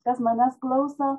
kas manęs klauso